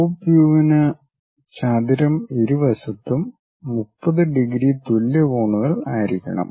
top വ്യുവിന് ചതുരം ഇരുവശത്തും 30 ഡിഗ്രി തുല്യ കോണുകൾ ആയിരിക്കണം